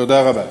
תודה רבה.